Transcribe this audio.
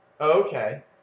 Okay